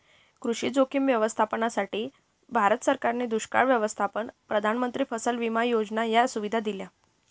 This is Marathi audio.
कृषी जोखीम व्यवस्थापनासाठी, भारत सरकारने दुष्काळ व्यवस्थापन, प्रधानमंत्री फसल विमा योजना या सुविधा दिल्या